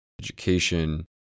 education